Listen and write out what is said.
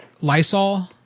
Lysol